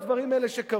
של כל הדברים האלה שקרו,